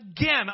again